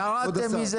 ירדתם מזה?